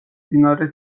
მდინარე